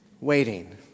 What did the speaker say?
waiting